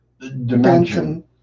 dimension